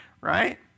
right